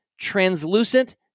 translucent